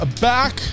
back